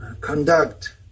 conduct